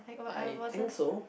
I think so